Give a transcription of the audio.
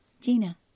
Gina